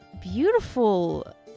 beautiful